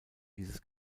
dieses